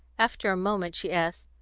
after a moment she asked,